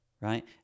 right